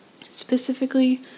specifically